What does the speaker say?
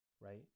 right